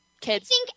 kids